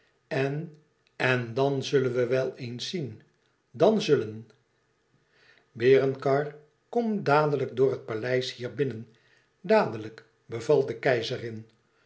en en dan zullen we wel eens zien dàn zullen berengar kom dadelijk door het paleis hier binnen dadelijk beval de keizerin